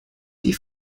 die